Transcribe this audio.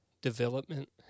Development